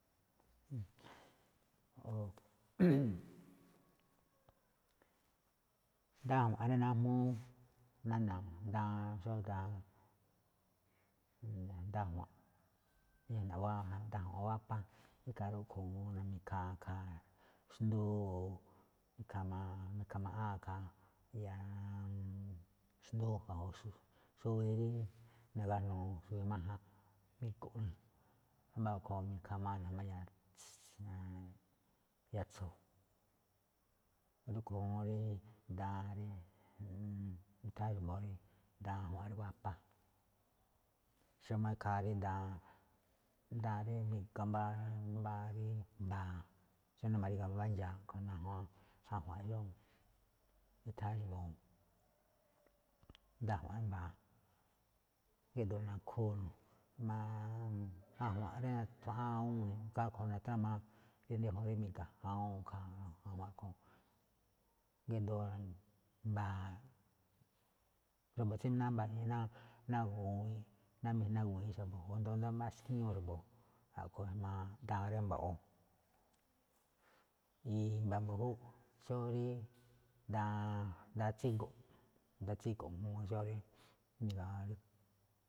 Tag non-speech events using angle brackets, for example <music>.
<noise> daan ajua̱nꞌ rí najmúú nána̱, daan xó daan, <hesitation> daan ajua̱nꞌ, daan wapa, ikhaa rúꞌkhue̱n ñajuun ikhaa daan, mi̱khaa ikhaa xndúu, mi̱khaa maa, mi̱kha maꞌáan ikhaa <hesitation> xndúu xuwi rí rí nagájnuu xuwi máján, me̱go̱ꞌne̱ wámba̱ rúꞌkhue̱n mi̱khaa maa ne̱ jma̱á yatso̱, rúꞌkhue̱n juun rí daan rí <hesitation> nutháán xa̱bo̱ daan ajua̱nꞌ rí wapa. Xómá ikhaa rí daan, daan rí mi̱ga̱ mbá mbá rí mba̱a̱, xáne ma̱ríga̱ mbá ndxa̱a̱ a̱ꞌkhue̱n ñajuun xó ajua̱nꞌ iꞌyóo, i̱tha̱án ajua̱nꞌ rí mba̱a̱, gíꞌdoo nakhúu jma̱á ajua̱nꞌ rí <noise> nathuꞌán awúun ne̱, ikhaa rúꞌkhue̱n natrama díjuun rí mi̱ga̱ awúun ikhaa ajua̱nꞌ rúꞌkhue̱n, gíꞌdoo mba̱a̱, xa̱bo̱ tsí mbaꞌiin ná-na gu̱wi̱i̱nꞌ ná mijna gu̱wi̱i̱nꞌ xa̱bo̱ o asndo mbá skíñúu rá mbo̱ꞌ. A̱ꞌkhue̱n ijmaa daan rí mba̱ꞌo̱. I̱mba̱ mbu̱júꞌ <noise> xó rí daan, daan tsígo̱nꞌ, <noise> daan tsígo̱nꞌ juun xó rí. <unintelligible>